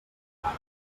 plat